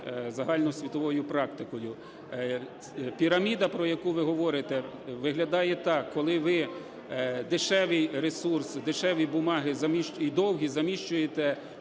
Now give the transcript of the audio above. загальносвітовою практикою. Піраміда, про яку ви говорите, виглядає так: коли ви дешевий ресурс, дешеві бумаги і довгі заміщуєте